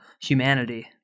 humanity